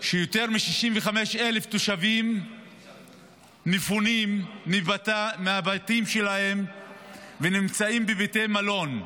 שיותר מ-65,000 תושבים מפונים מהבתים שלהם ונמצאים בבתי מלון.